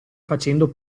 facendo